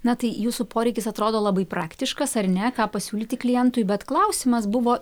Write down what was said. na tai jūsų poreikis atrodo labai praktiškas ar ne ką pasiūlyti klientui bet klausimas buvo